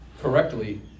correctly